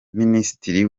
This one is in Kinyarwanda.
minisitiri